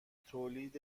تولید